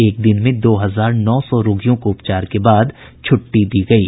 एक दिन में दो हजार नौ सौ रोगियों को उपचार के बाद छुट्टी दी गयी